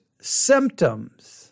symptoms